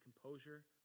composure